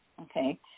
okay